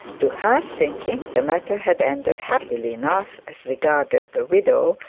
to her thinking, the matter had ended happily enough as regarded the widow,